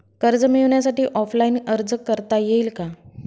कर्ज मिळण्यासाठी ऑफलाईन अर्ज करता येईल का?